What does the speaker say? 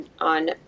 on